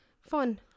Fun